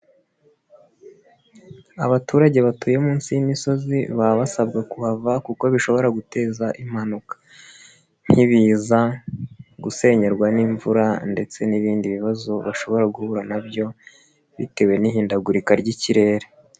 Abaturage batuye munsi y'imisozi, baba basabwa kuhava kuko bishobora guteza impanuka. Nk'ibiza, gusenyerwa n'imvura, ndetse n'ibindi bibazo bashobora guhura nabyo bitewe n'ihindagurika ry'ikirere.